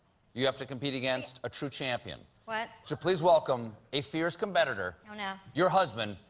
you have to compete against a true champion. but so please welcome a fierce competitor, you know your husband,